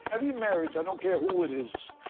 every marriage, i don't care who it is,